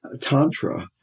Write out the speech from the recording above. Tantra